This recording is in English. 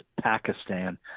Pakistan